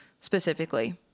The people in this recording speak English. specifically